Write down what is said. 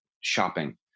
shopping